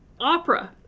opera